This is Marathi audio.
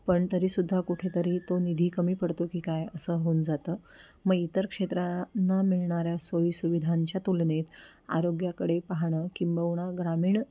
पण तरीसुद्धा कुठेतरी तो निधी कमी पडतो की काय असं होऊन जातं मग इतर क्षेत्राना मिळणाऱ्या सोयीसुविधांच्या तुलनेत आरोग्याकडे पाहणं किंबहुना ग्रामीण